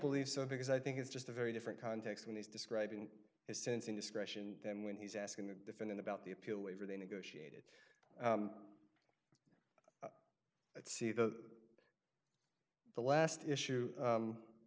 believe so because i think it's just a very different context when he's describing his sense in discretion then when he's asking the defendant about the appeal waiver they negotiated it see the the last issue